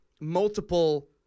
multiple